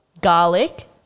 garlic